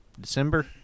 December